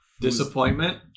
disappointment